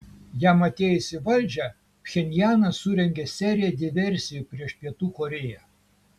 jam atėjus į valdžią pchenjanas surengė seriją diversijų prieš pietų korėją